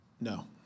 No